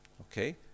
Okay